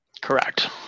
Correct